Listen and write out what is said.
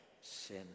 sin